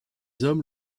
hommes